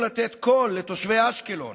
רבים מתושבי אשקלון